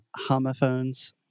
homophones